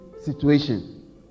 situation